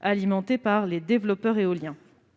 alimenté par les développeurs éoliens.